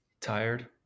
tired